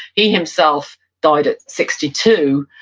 he himself died at sixty two,